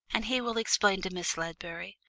and he will explain to miss ledbury.